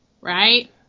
right